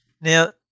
Now